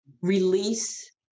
release